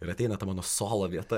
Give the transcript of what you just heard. ir ateina ta mano solo vieta